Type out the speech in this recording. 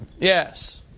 Yes